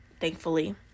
thankfully